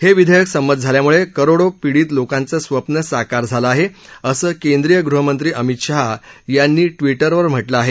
हे विधेयक संमत झाल्यामुळे करोडो पिडीत लोकांचं स्पप्न साकार झालं आहे असं केंद्रीय गृहमंत्री अमित शाह यांनी ट्विटरवर म्हटलं आहे